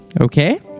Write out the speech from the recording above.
Okay